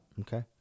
Okay